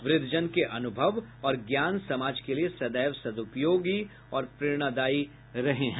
वृद्धजन के अनुभव और ज्ञान समाज के लिए सदैव सद्पयोग और प्ररेणादायी रहे हैं